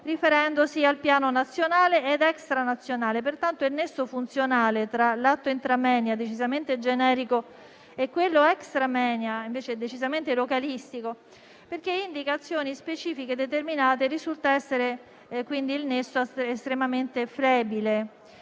riferendosi al piano nazionale ed extranazionale. Pertanto il nesso funzionale tra l'atto *intra moenia*, decisamente generico, e quello *extra moenia*, invece decisamente localistico (perché indica azioni specifiche e determinate) risulta essere estremamente flebile.